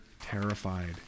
terrified